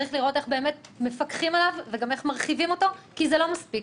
צריך לראות איך באמת מפקחים עליו וגם איך מרחיבים אותו כי זה לא מספיק.